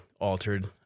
altered